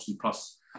plus